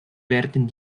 werden